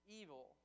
evil